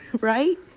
right